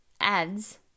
ads